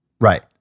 Right